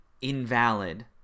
invalid